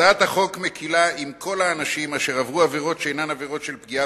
הצעת החוק מקלה עם כל האנשים אשר עברו עבירות שאינן עבירות של פגיעה